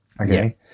okay